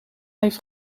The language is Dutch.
heeft